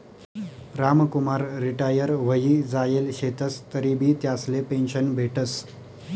Ramkumar retire व्हयी जायेल शेतंस तरीबी त्यासले पेंशन भेटस